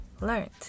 learned